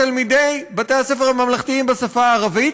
תלמידי בתי-הספר הממלכתיים בשפה הערבית,